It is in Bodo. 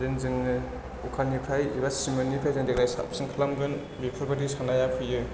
जों जोङो अखालिनिफ्राइ एबा सिमोननिफ्राइ जों देग्लाइ साबसिन खालामगोन बेफोरबायदि सानाया फैयो